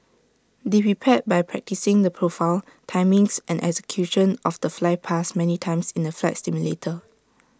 they prepared by practising the profile timings and execution of the flypast many times in the flight simulator